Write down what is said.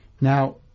Now